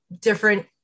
different